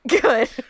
Good